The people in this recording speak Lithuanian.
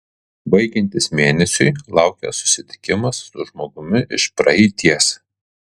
baigiantis mėnesiui laukia susitikimas su žmogumi iš praeities